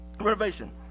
renovation